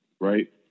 Right